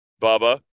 Bubba